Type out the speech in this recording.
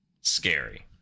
Scary